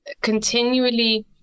continually